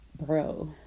bro